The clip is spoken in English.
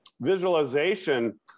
visualization